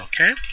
okay